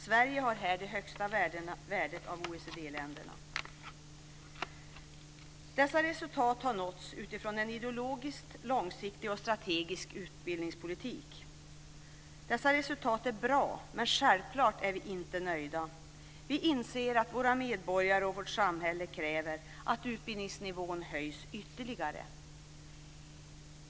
Sverige har här det högsta värdet bland OECD-länderna. Dessa resultat har nåtts utifrån en ideologisk, långsiktig och strategisk utbildningspolitik. Resultaten är bra, men självklart är vi ändå inte nöjda. Vi inser att våra medborgare och vårt samhälle kräver att utbildningsnivån höjs ytterligare.